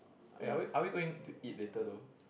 are we are we going to eat later though